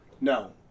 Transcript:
No